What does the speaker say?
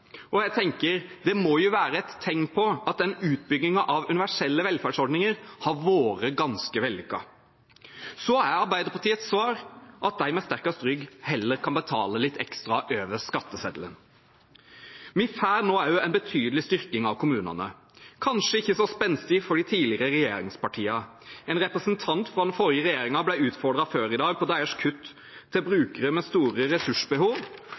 Og jeg tenker: Det må jo være et tegn på at utbyggingen av universelle velferdsordninger har vært ganske vellykket. Så er Arbeiderpartiets svar at de med sterkest rygg heller kan betale litt ekstra over skatteseddelen. Vi får nå også en betydelig styrking av kommunene, kanskje ikke så spenstig for de tidligere regjeringspartiene. En representant fra den forrige regjeringen ble utfordret før i dag på deres kutt til brukere med store ressursbehov